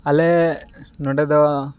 ᱟᱞᱮ ᱱᱚᱸᱰᱮ ᱫᱚ